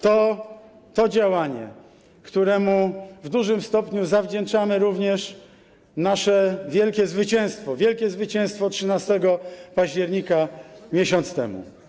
To działanie, któremu w dużym stopniu zawdzięczamy również nasze wielkie zwycięstwo, wielkie zwycięstwo 13 października, miesiąc temu.